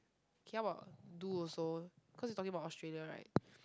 K how about do also cause you talking about Australia right